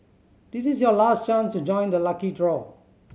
this is your last chance to join the lucky draw